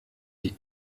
die